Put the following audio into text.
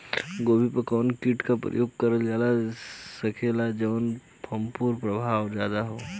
गोभी पर कवन कीट क प्रयोग करल जा सकेला जेपर फूंफद प्रभाव ज्यादा हो?